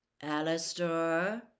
Alistair